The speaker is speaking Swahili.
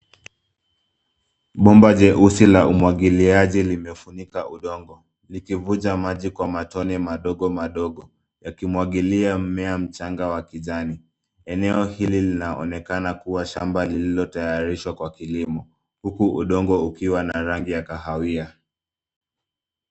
Bomba jeusi la umwagiliaji limefunika udongo likivuja maji kwa matone madogo madogo. Yakimwagilia mmea mchanga wa kijani. Eneo hili linaonekana kuwa shamba lililotayarishwa kwa kilimo huku udongo ukiwa na rangi ya kahawia.